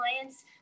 clients